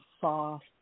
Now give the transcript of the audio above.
soft